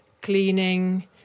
cleaning